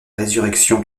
résurrection